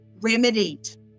remedied